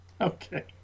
Okay